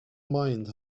mind